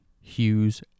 Hughes